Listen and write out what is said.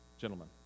gentlemen